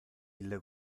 ille